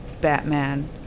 batman